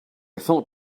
thought